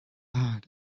had